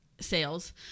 sales